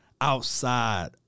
outside